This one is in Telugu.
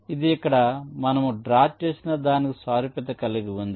ఇది ఇక్కడ మనము డ్రా చేసినదానికి సారూప్యత కలిగి ఉంది